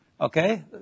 okay